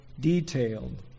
detailed